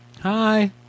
Hi